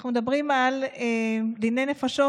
אנחנו מדברים על דיני נפשות,